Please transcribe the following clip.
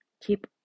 Keep